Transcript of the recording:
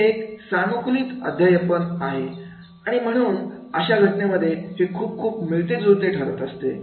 हे एक सानुकूलित अध्यापन आहे आणि म्हणून अशा घटनेमध्ये ही खुप खुप मिळतेजुळते ठरत असते